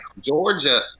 Georgia